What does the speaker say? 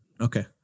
Okay